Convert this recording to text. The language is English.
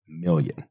million